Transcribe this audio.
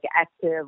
active